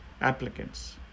applicants